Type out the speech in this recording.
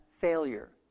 failure